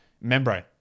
membrane